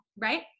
right